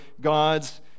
God's